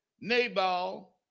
Nabal